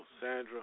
Sandra